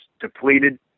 depleted